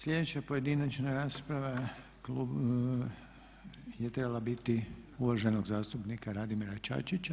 Sljedeća pojedinačna rasprava je trebala biti uvaženog zastupnika Radimira Čačića.